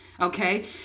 okay